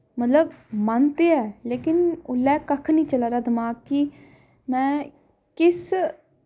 मतलब मन ते ऐ लेकिन उसलै कक्ख निं चलाऽ दा दमाग गी मैं इस